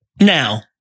Now